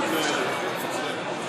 אתה עומד ושותק.